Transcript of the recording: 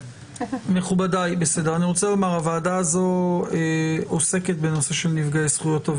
מכובדיי, הוועדה הזו עוסקת בנושא נפגעי זכויות.